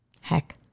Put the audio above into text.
Heck